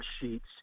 sheets